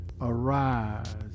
Arise